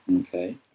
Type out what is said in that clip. Okay